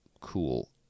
Cool